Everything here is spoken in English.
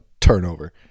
turnover